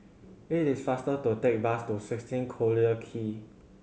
it is faster to take a bus to sixteen Collyer Quay